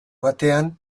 batean